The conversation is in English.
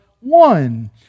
one